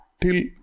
till